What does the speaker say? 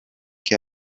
che